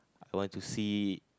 I want to see